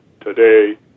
today